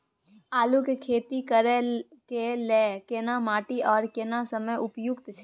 आलू के खेती करय के लेल केना माटी आर केना समय उपयुक्त छैय?